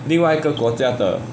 另外一个国家的